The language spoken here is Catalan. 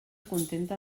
contenta